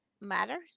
matters